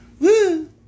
Woo